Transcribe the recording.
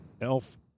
Elf